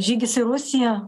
žygis į rusiją